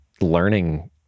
learning